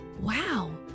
Wow